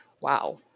wow